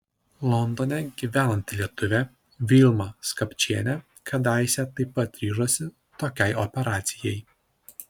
londone gyvenanti lietuvė vilma skapčienė kadaise taip pat ryžosi tokiai operacijai